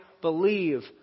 believe